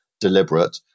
deliberate